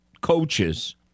coaches